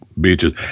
beaches